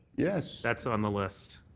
yes. that's on the list.